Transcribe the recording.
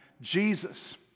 Jesus